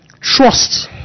Trust